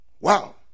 Wow